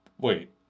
wait